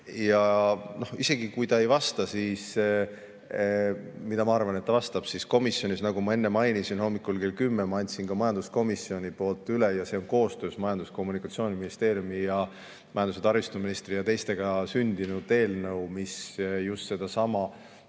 Ja isegi kui ta ei vasta, siis – ma arvan, et ta vastab – komisjonis, nagu ma enne mainisin, hommikul kell 10 ma andsin majanduskomisjoni poolt üle, ja see on koostöös Majandus- ja Kommunikatsiooniministeeriumi, majandus- ja taristuministri ja teistega sündinud eelnõu, mis just sedasama